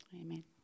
Amen